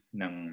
ng